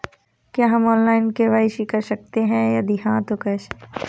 क्या हम online KYC कर सकते हैं यदि हाँ तो कैसे?